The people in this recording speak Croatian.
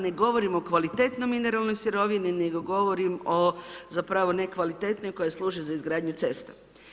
Ne govorim o kvalitetnoj mineralnoj sirovini, nego govorim zapravo o nekvalitetnoj koja služi za izgradnju cesta.